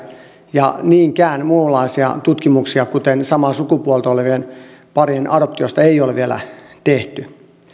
ja niinkään muunlaisia tutkimuksia kuten samaa sukupuolta olevien parien adoptiosta ei ole vielä tehty